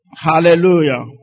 Hallelujah